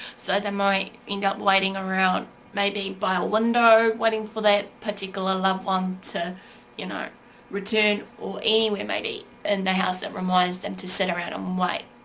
so, they might end up waiting around maybe by a window, waiting for that particular loved one to you know return or anywhere maybe in the house that reminds them to sit around and um wait,